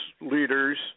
leaders